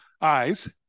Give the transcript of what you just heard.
eyes